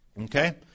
Okay